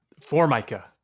Formica